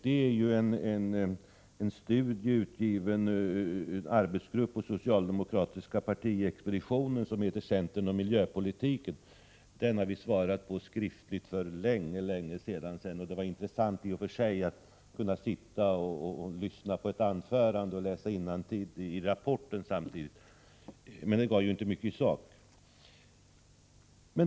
Det är en studie utgiven av en arbetsgrupp på den socialdemokratiska partiexpeditionen och heter Centern och miljöpolitiken. Den har vi svarat skriftligt på för länge sedan. Det var intressant i och för sig att kunna lyssna på ett anförande och läsa innantill i rapporten samtidigt. Men det gav inte mycket i sak.